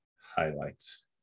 highlights